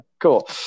cool